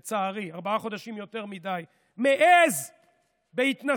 לצערי, ארבעה חודשים יותר מדי, מעז בהתנשאות,